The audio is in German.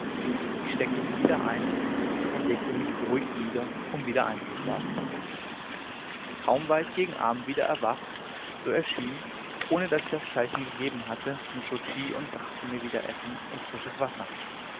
ich steckte sie wieder ein und legte mich beruhigt nieder um wieder einzuschlafen kaum war ich gegen abend wieder erwacht so erschien ohne daß ich das zeichen gegeben hatte nscho tschi und brachte mir wieder essen und frisches wasser